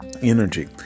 energy